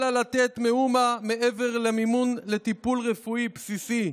אל לה לתת מאומה מעבר למימון טיפול רפואי בסיסי.